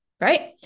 right